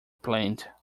planned